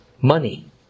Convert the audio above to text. money